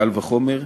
קל וחומר.